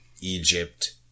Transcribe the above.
egypt